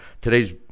Today's